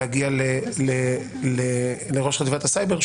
להגיע לראש חטיבת הסייבר.